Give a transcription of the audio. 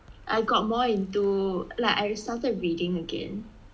I got more into like I started reading again